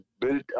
built